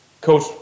Coach